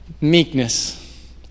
meekness